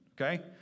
okay